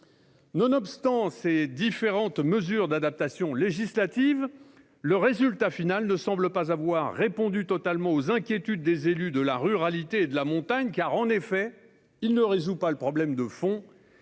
Nonobstant ces différentes mesures d'adaptation législative, le résultat final ne semble pas avoir répondu totalement aux inquiétudes des élus de la ruralité et de la montagne, car il ne résout pas le problème de fond